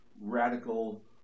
radical